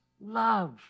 love